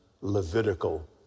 Levitical